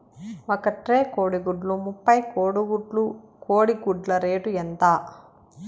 ఒక ట్రే కోడిగుడ్లు ముప్పై గుడ్లు కోడి గుడ్ల రేటు ఎంత?